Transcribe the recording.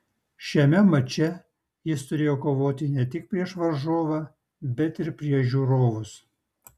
šiame mače jis turėjo kovoti ne tik prieš varžovą bet ir prieš žiūrovus